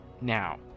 now